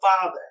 Father